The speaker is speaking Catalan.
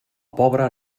pobre